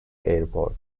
airport